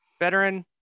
Veteran